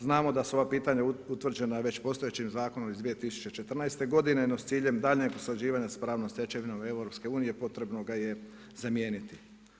Znamo da su ova pitanja utvrđena već postojećim zakonom iz 2014. godine no s ciljem daljnjeg usklađivanja sa pravnom stečevinom EU-a potrebno ga je zamijeniti.